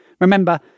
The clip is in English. Remember